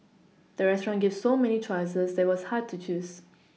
the restaurant gave so many choices that was hard to choose